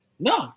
No